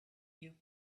you